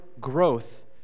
growth